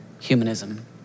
humanism